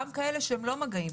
גם כאלה שהם לא מגעים,